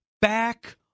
back